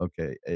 okay